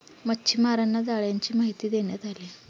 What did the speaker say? मच्छीमारांना जाळ्यांची माहिती देण्यात आली